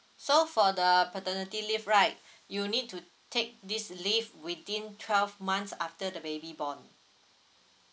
so for the paternity leave right you'll need to take this leave within twelve months after the baby born